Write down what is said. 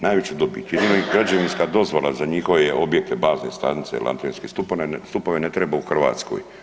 Najveću dobit, jedino im građevinska dozvola za njihove objekte bazne stanice il antenske stupove ne treba u Hrvatskoj.